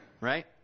right